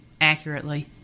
accurately